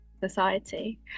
society